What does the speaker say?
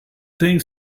think